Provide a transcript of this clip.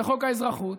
בחוק האזרחות.